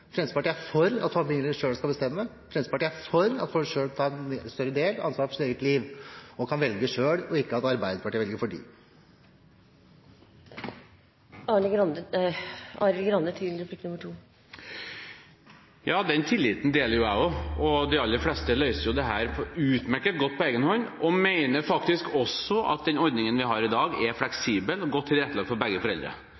Fremskrittspartiet er for at familiene selv skal bestemme. Fremskrittspartiet er for at folk selv tar større del av ansvaret for sitt eget liv og kan velge selv, ikke at Arbeiderpartiet velger for dem. Den tilliten har jeg også, og de aller fleste løser jo dette utmerket godt på egenhånd og mener faktisk også at den ordningen vi har i dag, er